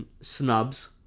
snubs